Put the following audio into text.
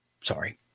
Sorry